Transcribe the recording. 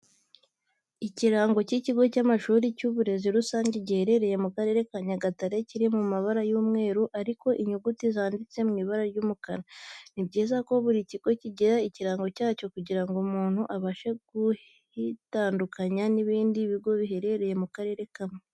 Ikirango cy'ikigo cy'amashuri y'uburezi rusange giherereye mu Karere ka Nyagatare. Kiri mu ibara ry'umweru ariko inyuguti zanditse mu ibara ry'umukara. Ni byiza ko buri kigo kigira ikirango cyacyo kugira ngo umuntu abashe kugitandukanya n'ibindi bigo biherere mu karere kamwe.